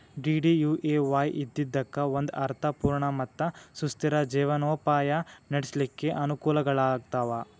DDUAY ಇದ್ದಿದ್ದಕ್ಕ ಒಂದ ಅರ್ಥ ಪೂರ್ಣ ಮತ್ತ ಸುಸ್ಥಿರ ಜೇವನೊಪಾಯ ನಡ್ಸ್ಲಿಕ್ಕೆ ಅನಕೂಲಗಳಾಗ್ತಾವ